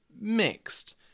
mixed